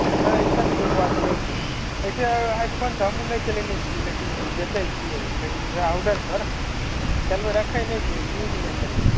नहि ऐसन कोई बात नहि छै ऐसे आइ फोन तऽ हमहुँ नहि चलेने छियै लेकिन बेचै छियै लेकिन वएह औडर पर चलबे रखै नहि छियै युज नही करै छी